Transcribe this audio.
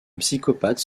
psychopathe